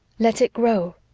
let it grow.